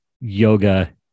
yoga